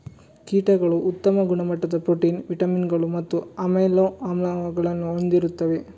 ಕೀಟಗಳು ಉತ್ತಮ ಗುಣಮಟ್ಟದ ಪ್ರೋಟೀನ್, ವಿಟಮಿನುಗಳು ಮತ್ತು ಅಮೈನೋ ಆಮ್ಲಗಳನ್ನು ಹೊಂದಿರುತ್ತವೆ